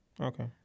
Okay